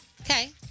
Okay